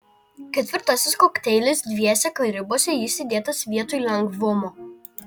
ketvirtasis kokteilis dviese karibuose jis įdėtas vietoj lengvumo